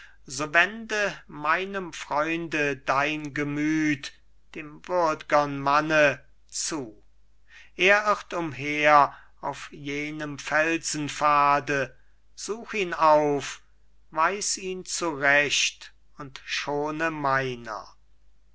so wende meinem freunde dein gemüth dem würd'gern manne zu er irrt umher auf jenem felsenpfade such ihn auf weis ihn zurecht und schone meiner